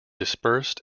dispersed